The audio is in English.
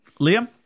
Liam